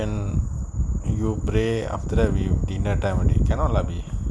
then you pray after that will be dinner time cannot lah B